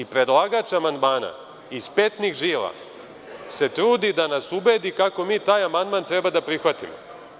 Predlagač amandmana iz petnih žila se trudi da nas ubedi kako mi taj amandman treba da prihvatimo.